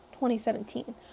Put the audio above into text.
2017